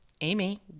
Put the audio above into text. Amy